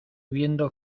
viendo